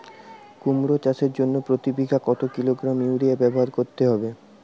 কুমড়ো চাষের জন্য প্রতি বিঘা কত কিলোগ্রাম ইউরিয়া ব্যবহার করতে হবে?